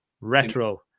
Retro